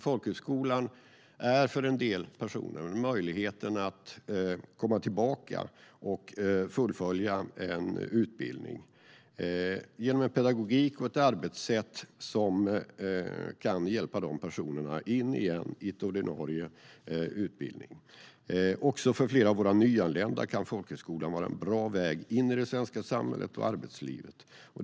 Folkhögskolan är för en del personer möjligheten att komma tillbaka och fullfölja en utbildning. Dess pedagogik och arbetssätt kan hjälpa de personerna in i en ordinarie utbildning. Också för flera av våra nyanlända kan folkhögskolan vara en bra väg in i det svenska samhället och arbetslivet.